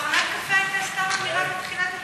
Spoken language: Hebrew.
מכונת הקפה הייתה סתם אמירה בתחילת הדיון.